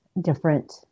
different